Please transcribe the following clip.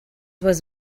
was